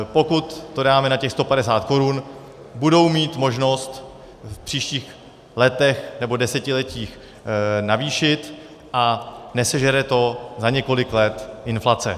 Pokud to dáme na těch 150 korun, budou mít možnost v příštích letech nebo desetiletích navýšit a nesežere to za několik let inflace.